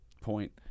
point